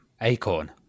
Acorn